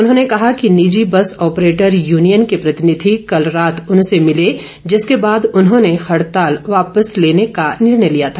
उन्होंने कहा कि निजि बस ऑपरेटर यूनियन के प्रतिनिधि कल रात उनसे मिले जिसके बाद उन्होंने हड़ताल वापस लेने का निर्णय लिया था